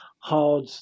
hard